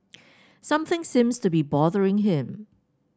something seems to be bothering him